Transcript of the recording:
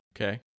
Okay